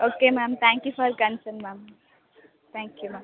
okay ma'am thank you for concern ma'am thank you ma'am